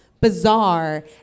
bizarre